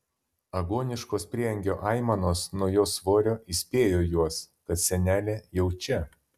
agoniškos prieangio aimanos nuo jos svorio įspėjo juos kad senelė jau čia